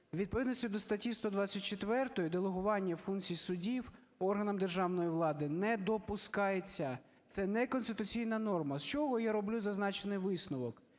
відповідності до статті 124 делегування функцій судів органам державної влади не допускається. Це неконституційна норма. З чого я роблю зазначений висновок?